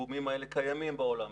שהפיגומים האלה קיימים בעולם,